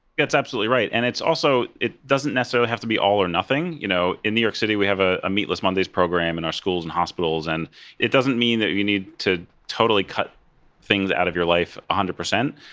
that's absolutely right, and it's also, it doesn't necessarily have to be all or nothing. you know, in new york city we have a ah meatless mondays program in our schools and hospitals, and it doesn't mean that we need to totally cut things out of your life one hundred percent,